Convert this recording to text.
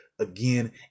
Again